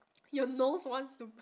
your nose wants to